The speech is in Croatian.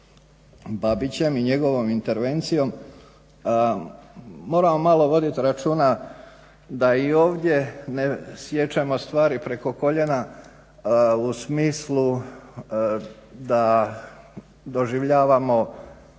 Babićem i njegovom intervencijom. Moramo malo voditi računa da i ovdje siječemo stvari preko koljena u smislu da doživljavamo